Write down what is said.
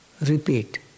repeat